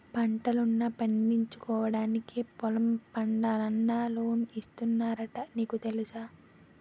పంటల్ను పండించుకోవడానికి పొలం పండాలన్నా లోన్లు ఇస్తున్నారట నీకు తెలుసా?